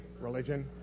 religion